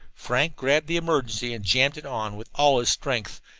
frank grabbed the emergency, and jammed it on with all his strength,